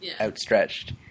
outstretched